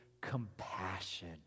compassion